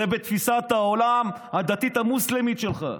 זה בתפיסת העולם הדתית המוסלמית שלך,